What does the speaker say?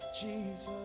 Jesus